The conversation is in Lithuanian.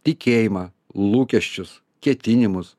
tikėjimą lūkesčius ketinimus